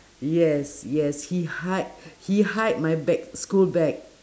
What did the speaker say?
yes yes he hide he hide my bag school bag